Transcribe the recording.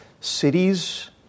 cities